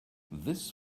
this